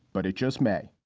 but it just may